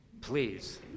Please